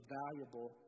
valuable